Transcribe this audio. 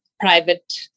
private